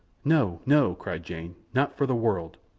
no! no! cried jane. not for the world.